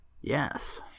Yes